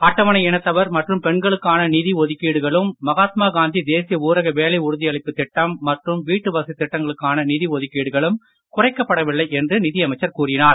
அட்டவணை இனத்தினர் மற்றும் பெண்களுக்கான நிதி ஒதுக்கீடுகளும் மகாத்மா காந்தி தேசிய ஊரக வேலை உறுதியளிப்புத் திட்டம் மற்றும் வீட்டு வசதி திட்டங்களுக்கான நிதி ஒதுக்கீடுகளும் குறைக்கப்படவில்லை என்று நிதியமைச்சர் கூறினார்